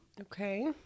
Okay